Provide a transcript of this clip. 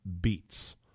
beats